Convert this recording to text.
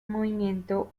movimiento